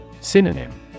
Synonym